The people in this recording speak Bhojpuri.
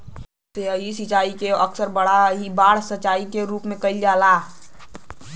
सतही सिंचाई के अक्सर बाढ़ सिंचाई के रूप में करल जाला